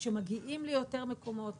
שמגיעים ליותר מקומות,